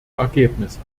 ergebnisse